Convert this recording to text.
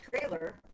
trailer